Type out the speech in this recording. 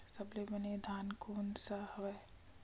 सबले बने धान कोन से हवय?